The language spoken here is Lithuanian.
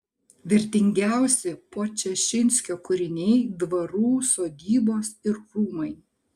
vertingiausi podčašinskio kūriniai dvarų sodybos ir rūmai